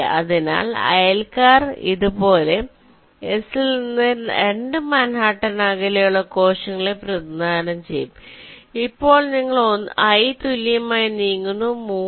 അതിനാൽ അയൽക്കാർ ഇത് പോലെ S ൽ നിന്ന് 2 മാൻഹട്ടൻ അകലെയുള്ള കോശങ്ങളെ പ്രതിനിധാനം ചെയ്യും അപ്പോൾ നിങ്ങൾ i തുല്യമായി നീങ്ങുന്നു 3